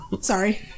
Sorry